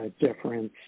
difference